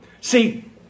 See